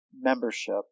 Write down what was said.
membership